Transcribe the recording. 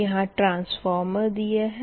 यहाँ ट्रांसफॉर्मर दिए है